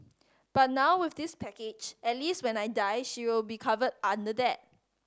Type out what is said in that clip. but now with this package at least when I die she will be covered under that